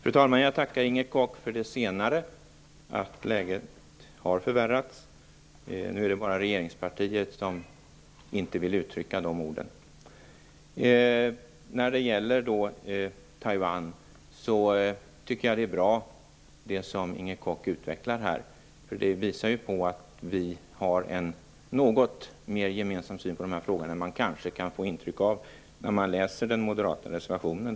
Fru talman! Jag tackar Inger Koch för det senare uttalandet, att läget har förvärrats. Nu är det bara regeringspartiet som inte vill uttrycka de orden. Jag tycker det som Inger Koch utvecklar här är bra, eftersom det visar på att vi har en något mer gemensam syn i dessa frågor än man kanske kan få intryck av när man läser den moderata reservationen.